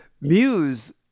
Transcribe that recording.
Muse